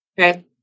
Okay